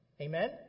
Amen